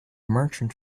merchants